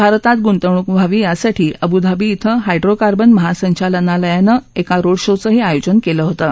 भारतात गुंतवणूक व्हावी यासाठी अबुधाबी इथं हायड्रोकार्बन महासंचालनालयानं एका रोड शोचंही आयोजन केलं होतं